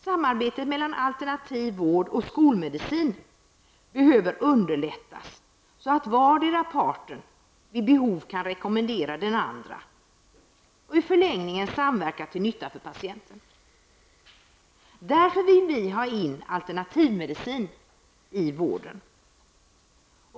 Samarbetet mellan alternativ vård och skolmedicin behöver underlättas, så att vardera parten vid behov kan rekommendera den andra och i förlängningen samverka till nytta för patienten. Därför vill vi ha in alterntivmedicin i vården.